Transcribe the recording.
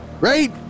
Right